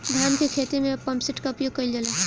धान के ख़हेते में पम्पसेट का उपयोग कइल जाला?